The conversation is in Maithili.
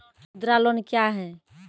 मुद्रा लोन क्या हैं?